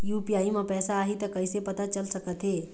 UPI म पैसा आही त कइसे पता चल सकत हे?